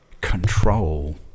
control